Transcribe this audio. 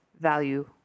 value